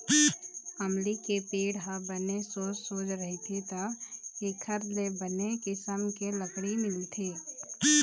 अमली के पेड़ ह बने सोझ सोझ रहिथे त एखर ले बने किसम के लकड़ी मिलथे